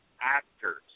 actors